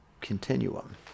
continuum